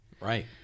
Right